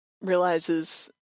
realizes